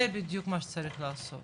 זה בדיוק מה שצריך לעשות,